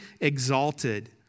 exalted